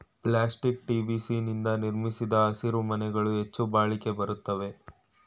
plastic TVC ನಿಂದ ನಿರ್ಮಿಸಿದ ಹಸಿರುಮನೆಗಳು ಹೆಚ್ಚು ಬಾಳಿಕೆ ಬರುತ್ವೆ